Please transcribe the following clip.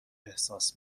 احساس